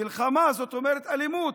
מלחמה זאת אומרת אלימות.